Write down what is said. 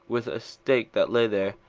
with a stake that lay there,